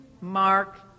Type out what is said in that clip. Mark